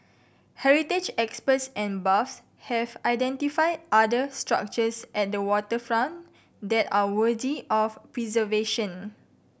heritage experts and buffs have identified other structures at the waterfront that are worthy of preservation